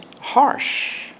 harsh